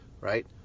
right